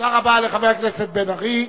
תודה רבה לחבר הכנסת בן-ארי.